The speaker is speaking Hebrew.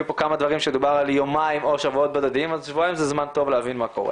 בוקר טוב לכולם.